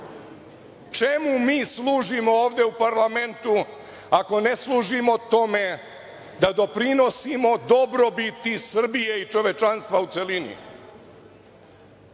Čemu mi služimo ovde u parlamentu ako ne služimo tome da doprinosimo dobrobiti Srbije i čovečanstva u celini?